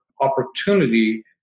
opportunity